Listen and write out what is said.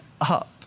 up